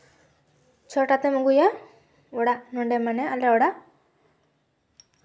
ᱪᱷᱚ ᱴᱟ ᱛᱮᱢ ᱟᱹᱜᱩᱭᱟ ᱚᱲᱟᱜ ᱱᱚᱸᱰᱮ ᱢᱟᱱᱮ ᱟᱞᱮ ᱚᱲᱟᱜ